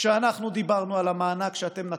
כשאנחנו דיברנו על המענק שנתתם,